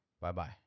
Bye-bye